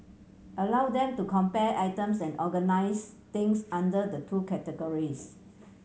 allow them to compare items and organise things under the two categories